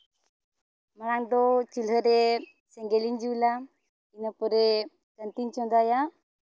ᱢᱟᱲᱟᱝ ᱫᱚ ᱪᱩᱞᱦᱟᱹ ᱨᱮ ᱥᱮᱸᱜᱮᱞ ᱤᱧ ᱡᱩᱞᱟ ᱤᱱᱟ ᱯᱚᱨᱮ ᱠᱟᱹᱱᱛᱤᱧ ᱪᱚᱫᱟᱭᱟ